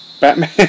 Batman